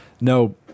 No